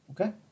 okay